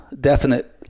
definite